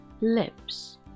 lips